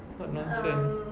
what nonsense